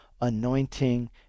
anointing